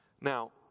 Now